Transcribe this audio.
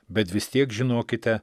bet vis tiek žinokite